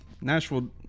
Nashville